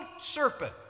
serpent